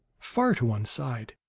far to one side.